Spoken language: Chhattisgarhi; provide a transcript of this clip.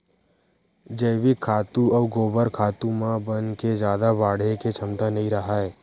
जइविक खातू अउ गोबर खातू म बन के जादा बाड़हे के छमता नइ राहय